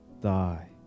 die